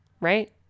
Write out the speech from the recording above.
right